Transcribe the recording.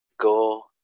Go